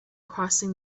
crossing